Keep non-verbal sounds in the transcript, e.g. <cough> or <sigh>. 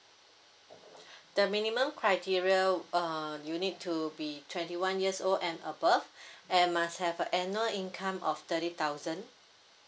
the minimum criteria uh you need to be twenty one years old and above <breath> and must have a annual income of thirty thousand